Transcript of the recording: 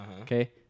Okay